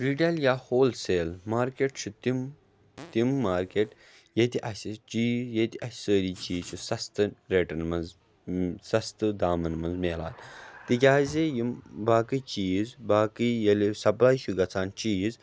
retail یا wholesale market چھِ تِم تِم مارکیٹ ییٚتہِ اَسہِ چیٖز ییٚتہِ اَسہِ سٲری چیٖز چھِ سَستہٕ ریٹَن منٛز سَستہٕ دامَن منٛز ملان تِکیٛازِ یِم باقٕے چیٖز باقٕے ییٚلہِ سَبَے چھُ گَژھان چیٖز